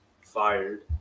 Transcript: fired